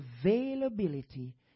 availability